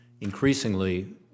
increasingly